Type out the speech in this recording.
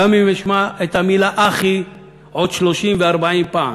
גם אם אשמע את המילה "אחי" עוד 30 ו-40 פעם,